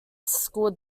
school